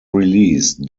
release